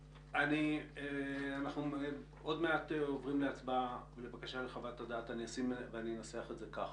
עוד מעט אנחנו עוברים להצבעה לבקשה לחוות הדעת ואני אנסח את זה כך